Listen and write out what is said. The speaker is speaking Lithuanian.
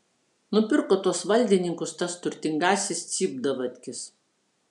nupirko tuos valdininkus tas turtingasis cypdavatkis